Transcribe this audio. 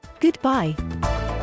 Goodbye